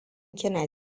kina